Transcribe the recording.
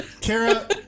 Kara